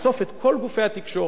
את כל המוציאים לאור,